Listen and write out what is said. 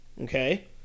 Okay